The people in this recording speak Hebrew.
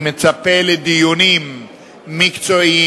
אני מצפה לדיונים מקצועיים,